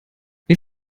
wir